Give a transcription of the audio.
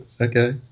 Okay